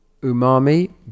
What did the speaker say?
umami